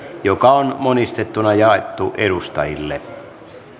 joka on monistettuna jaettu edustajille